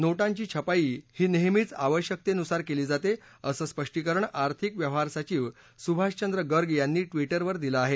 नोटांची छपाई ही नेहमीच आवश्यकतेनुसार केली जाते असं स्पष्टीकरण आर्थिक व्यवहार सचिव सुभाषचंद्र गर्ग यांनी ट्विटवर दिलं आहे